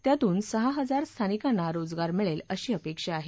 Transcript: यातून सहा हजार स्थानिकांना रोजगार मिळेल अशी अपेक्षा आहे